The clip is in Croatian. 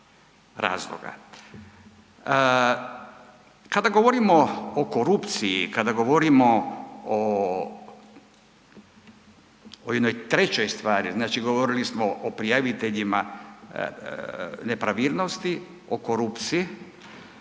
razloga. Kada govorimo o korupciji, kada govorimo o jednoj trećoj stvari. Znači govorili smo o prijaviteljima nepravilnosti o korupciji,